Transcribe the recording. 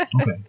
okay